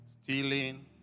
Stealing